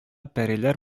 пәриләр